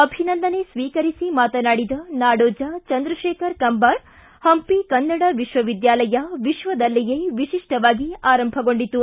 ಅಭಿನಂದನೆ ಸ್ವೀಕರಿಸಿ ಮಾತನಾಡಿದ ನಾಡೋಜ ಚಂದ್ರಶೇಖರ ಕಂಬಾರ ಹಂಪಿ ಕನ್ನಡ ವಿಶ್ವವಿದ್ಯಾಲಯ ವಿಶ್ವದಲ್ಲಿಯೇ ವಿಶಿಷ್ಟವಾಗಿ ಆರಂಭಗೊಂಡಿತು